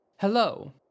Hello